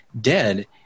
dead